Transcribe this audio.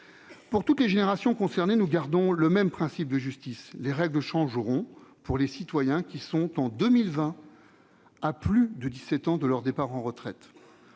Pour toutes les générations, nous gardons le même principe de justice : les règles changeront pour les citoyens qui sont en 2020 à plus de dix-sept ans du départ à la retraite.